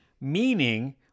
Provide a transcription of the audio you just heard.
Meaning